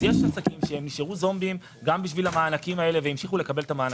יש עסקים שנשארו זומבים גם בשביל המענקים האלה והמשיכו לקבל את המענקים.